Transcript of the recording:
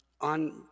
on